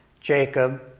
Jacob